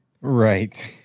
Right